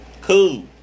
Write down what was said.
Cool